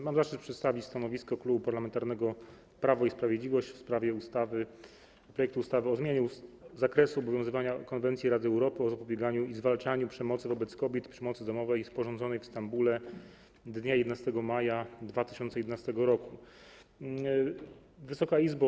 Mam zaszczyt przedstawić stanowisko Klubu Parlamentarnego Prawo i Sprawiedliwość w sprawie projektu ustawy o zmianie zakresu obowiązywania Konwencji Rady Europy o zapobieganiu i zwalczaniu przemocy wobec kobiet i przemocy domowej, sporządzonej w Stambule dnia 11 maja 2011 r. Wysoka Izbo!